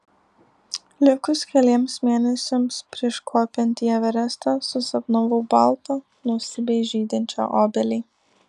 likus keliems mėnesiams prieš kopiant į everestą susapnavau baltą nuostabiai žydinčią obelį